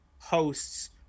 hosts